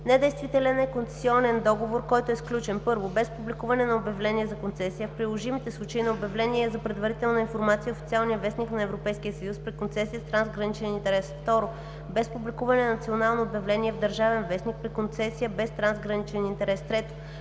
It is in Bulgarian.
Недействителен е концесионен договор, който е сключен: 1. без публикуване на обявление за концесия, а в приложимите случаи – на обявление за предварителна информация в „Официален вестник“ на Европейския съюз – при концесия с трансграничен интерес; 2. без публикуване на национално обявление в „Държавен вестник“ – при концесия без трансграничен интерес; 3.